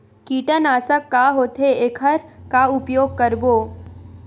कीटनाशक का होथे एखर का उपयोग करबो?